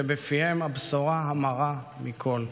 כשבפיהם הבשורה הרעה מכול.